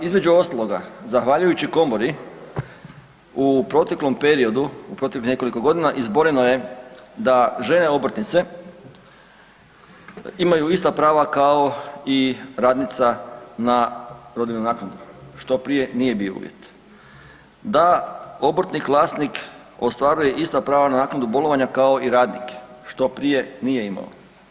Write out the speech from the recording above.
Između ostaloga zahvaljujući komori u proteklom periodu, u proteklih nekoliko godina izboreno je da žene obrtnice imaju ista pravo kao i radnica na rodiljnu naknadu što prije nije bio uvjet, da obrtnik vlasnik ostvaruje ista prava na naknadu bolovanja kao i radnik što prije nije imao.